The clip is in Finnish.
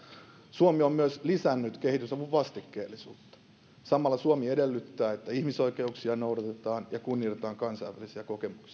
suomi on myös lisännyt kehitysavun vastikkeellisuutta samalla suomi edellyttää että ihmisoikeuksia noudatetaan ja kunnioitetaan kansainvälisiä